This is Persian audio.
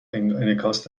انعکاس